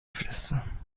فرستم